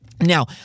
Now